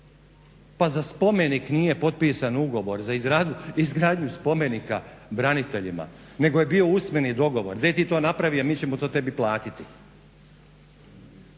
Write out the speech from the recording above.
pa za spomenik nije potpisan ugovor za izgradnju spomenika braniteljima nego je bio usmeni dogovor ti to napravi, a mi ćemo to tebi platiti.